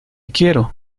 quiero